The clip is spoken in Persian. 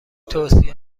توصیه